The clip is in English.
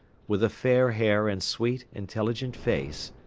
with the fair hair and sweet, intelligent face,